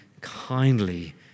kindly